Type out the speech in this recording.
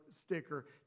sticker